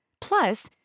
Plus